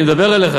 אני מדבר אליך,